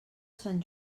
sant